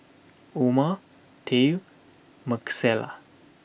Oma Tye Marcella